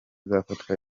uzafatwa